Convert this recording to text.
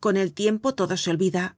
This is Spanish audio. con el tiempo todo se olvida